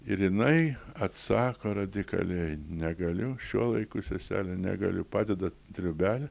ir jinai atsako radikaliai negaliu šiuo laiku seselė negaliu padeda triubelę